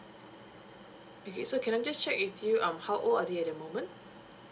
becau~ so can I just check with you um how old are they at the moment